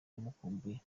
amukumbuye